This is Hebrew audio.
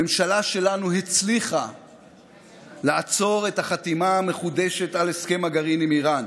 הממשלה שלנו הצליחה לעצור את החתימה המחודשת על הסכם הגרעין עם איראן.